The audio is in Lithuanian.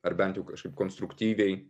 ar bent jau kažkaip konstruktyviai